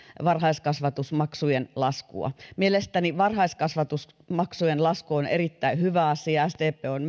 varhaiskasvatusmaksujen laskua mielestäni varhaiskasvatusmaksujen lasku on erittäin hyvä asia myös sdp on